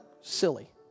silly